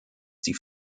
die